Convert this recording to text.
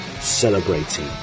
celebrating